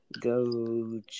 go